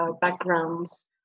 backgrounds